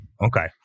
okay